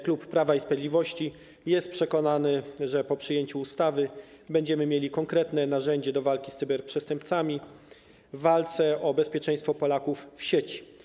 Klub Prawa i Sprawiedliwości jest przekonany, że po przyjęciu ustawy będziemy mieli konkretne narzędzie do walki z cyberprzestępcami o bezpieczeństwo Polaków w sieci.